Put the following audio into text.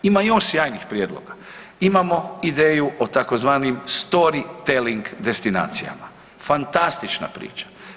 Ima još sjajnih prijedloga, imamo ideju o tzv. story telling destinacijama, fantastična priča.